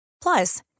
Plus